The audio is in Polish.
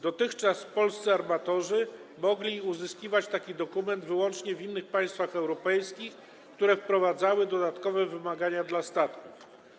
Dotychczas polscy armatorzy mogli uzyskiwać taki dokument wyłącznie w innych państwach europejskich, które wprowadzały dodatkowe wymagania dla statków.